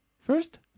first